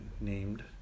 named